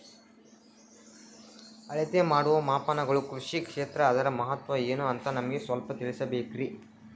ಅಳತೆ ಮಾಡುವ ಮಾಪನಗಳು ಕೃಷಿ ಕ್ಷೇತ್ರ ಅದರ ಮಹತ್ವ ಏನು ಅಂತ ನಮಗೆ ಸ್ವಲ್ಪ ತಿಳಿಸಬೇಕ್ರಿ?